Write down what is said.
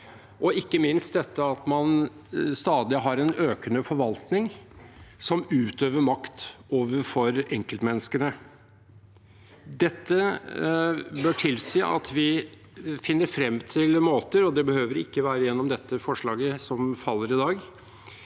og ikke minst dette med at man har en stadig økende forvaltning som utøver makt overfor enkeltmenneskene. Dette bør tilsi at vi finner frem til måter å gå inn i dette på. Det behøver ikke å være gjennom dette forslaget som faller i dag,